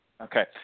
Okay